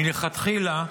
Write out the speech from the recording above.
מלכתחילה,